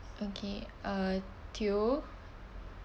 okay uh teoh